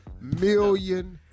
million